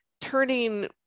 turning